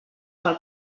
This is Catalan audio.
pel